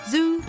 Zoo